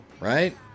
right